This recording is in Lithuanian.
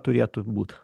turėtų būt